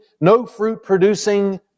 no-fruit-producing